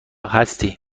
هستی